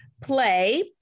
play